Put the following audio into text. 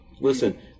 Listen